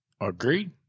Agreed